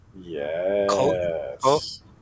Yes